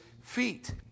feet